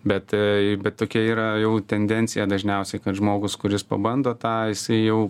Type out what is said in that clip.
bet bet tokia yra jau tendencija dažniausiai kad žmogus kuris pabando tą jisai jau